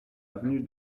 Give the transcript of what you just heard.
avenue